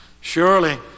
Surely